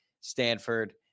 Stanford